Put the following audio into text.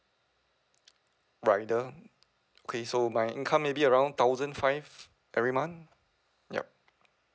rider okay so my income maybe around thousand five every month yup